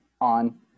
on